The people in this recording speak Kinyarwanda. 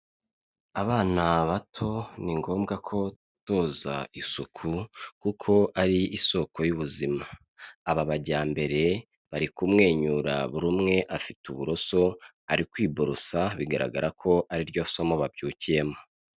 Abana bato ni ngombwa ko bitoza isuku kuko ari isoko y'ubuzima. Aba bajyambere, bari kumwenyura buri umwe afite uburoso ari kwiborusa bigaragara ko ari ryo somo babyukiyemo.